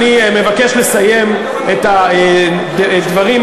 אני מבקש לסיים את הדברים,